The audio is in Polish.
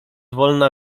wolna